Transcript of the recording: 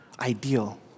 ideal